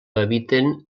habiten